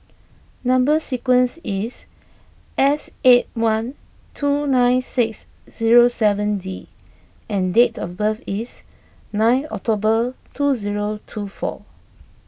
Number Sequence is S eight one two nine six zero seven D and date of birth is nine October two zero two four